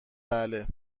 بله